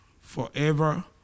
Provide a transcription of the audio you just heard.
Forever